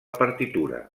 partitura